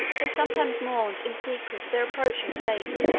they sometimes mourned in secret their approaching fate.